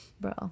bro